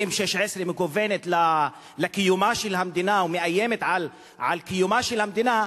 M-16 ומכוונים לקיומה של המדינה ומאיימים על קיומה של המדינה,